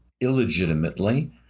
illegitimately